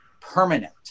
permanent